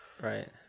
Right